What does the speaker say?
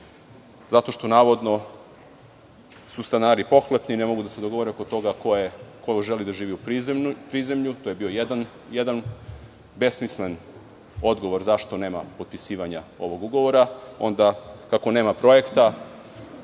zato što, navodno, su stanari pohlepni i ne mogu da se dogovore oko toga ko želi da živi u prizemlju. To je bio jedan besmislen odgovor zašto nema potpisivanja ovog ugovora, kako nema projekta.